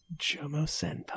Jomo-senpai